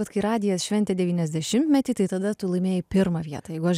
bet kai radijas šventė devyniasdešimtmetį tai tada tu laimėjai pirmą vietą jeigu aš